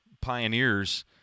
pioneers